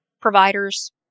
providers